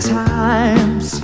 times